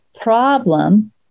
problem